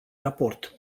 raport